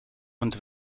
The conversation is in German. und